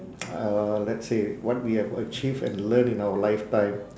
uh let's say what we have achieved and learn in our lifetime